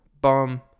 bum